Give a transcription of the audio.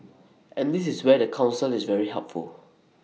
and this is where the Council is very helpful